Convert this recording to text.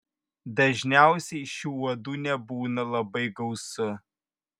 dažniausiai šių uodų nebūna labai gausu